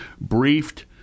briefed